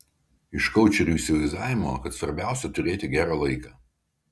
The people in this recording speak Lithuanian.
iš koučerių įsivaizdavimo kad svarbiausia turėti gerą laiką